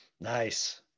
Nice